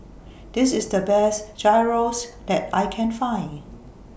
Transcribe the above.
This IS The Best Gyros that I Can Find